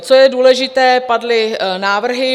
Co je důležité, padly návrhy.